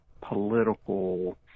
political